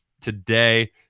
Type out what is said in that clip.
today